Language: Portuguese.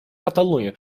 catalunha